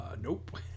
nope